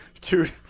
dude